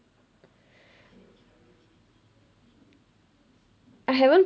I haven't